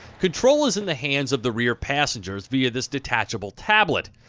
control is in the hands of the rear passengers via this detachable tablet.